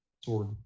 sword